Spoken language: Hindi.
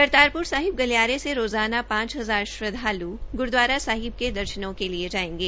करतार पूर साहिब गलियारे से रोज़ाना पांच हजार श्रद्वालु गुरूद्वारा साहिब के दर्शनों के लिए जायेंगे